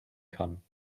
kann